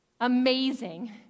amazing